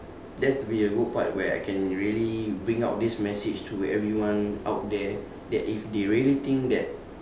that's be a good part where I can really bring out this message to everyone out there that if they really think that